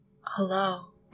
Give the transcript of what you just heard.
Hello